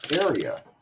area